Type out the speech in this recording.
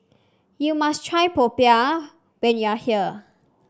you must try popiah when you are here